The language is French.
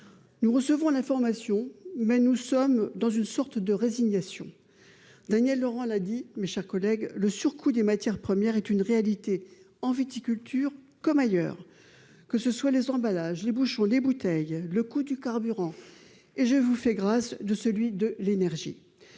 Nous recevons l'information, mais demeurons dans une sorte de résignation. Daniel Laurent l'a dit, le surcoût des matières premières est une réalité, en viticulture comme ailleurs, que ce soit pour les emballages, les bouchons, les bouteilles, le carburant ... Et je vous fais grâce de celui de l'énergie.